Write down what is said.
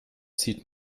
zieht